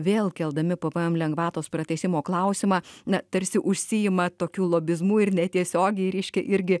vėl keldami pvm lengvatos pratęsimo klausimą na tarsi užsiima tokiu lobizmu ir netiesiogiai reiškia irgi